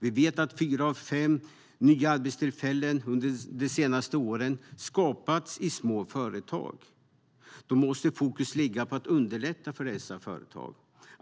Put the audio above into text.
Vi vet att fyra av fem nya arbetstillfällen under de senaste åren har skapats i små företag. Då måste fokus ligga på att underlätta för dessa företag.